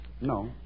No